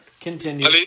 continue